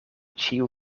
ĉiu